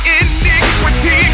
iniquity